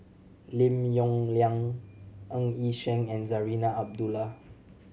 Lim Yong Liang Ng Yi Sheng and Zarinah Abdullah